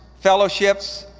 fellowships,